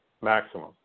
maximum